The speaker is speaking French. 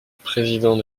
président